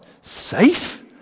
safe